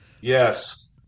Yes